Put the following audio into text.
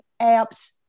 apps